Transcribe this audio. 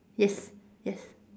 yes yes